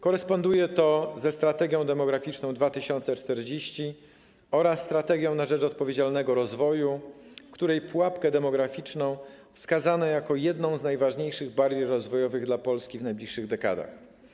Koresponduje to ze „Strategią demograficzną 2040” oraz „Strategią na rzecz odpowiedzialnego rozwoju”, w której pułapkę demograficzną wskazano jako jedną z najważniejszych barier rozwojowych Polski w najbliższych dekadach.